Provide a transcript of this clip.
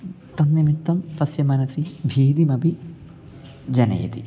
तन्निमित्तं तस्य मनसि भीतिमपि जनयति